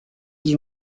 was